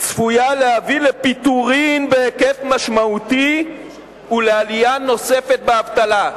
צפויה להביא לפיטורים בהיקף משמעותי ולעלייה נוספת באבטלה.